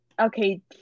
Okay